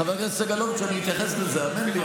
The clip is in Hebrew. חבר הכנסת סגלוביץ', אני אתייחס לזה, האמן לי.